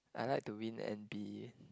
I like to win and be